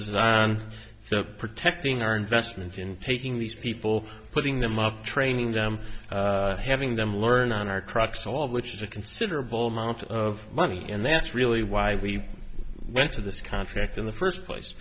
is on protecting our investments in taking these people putting them up training them having them learn on our trucks all of which is a considerable amount of money and that's really why we went to this contract in the first